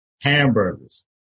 hamburgers